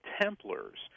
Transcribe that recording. Templars